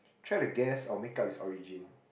try to guess or make-up it's origin